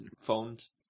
phones